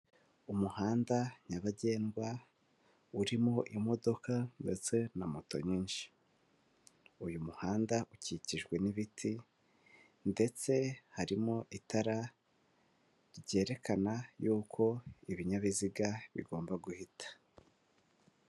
Umuhanda nyabagendwa urimo imodoka ndetse na moto nyinshi. Uyu muhanda ukikijwe n'ibiti ndetse harimo itara ryerekana y'uko ibinyabiziga bigomba guhita.